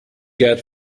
get